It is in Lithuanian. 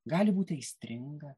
gali būti aistringa